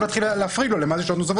אתה יכול להביא אותם מחר?